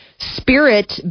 Spirit